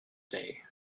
day